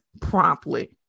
promptly